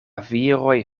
viroj